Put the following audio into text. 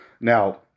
now